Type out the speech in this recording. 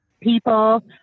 people